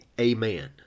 Amen